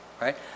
right